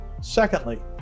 Secondly